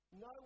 No